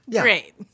Great